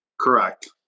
Correct